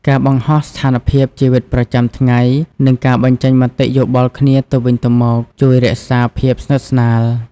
ការបង្ហោះស្ថានភាពជីវិតប្រចាំថ្ងៃ និងការបញ្ចេញមតិយោបល់គ្នាទៅវិញទៅមក ជួយរក្សាភាពស្និទ្ធស្នាល។